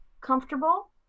comfortable